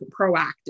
proactive